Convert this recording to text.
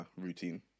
routine